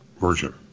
version